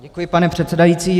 Děkuji, pane předsedající.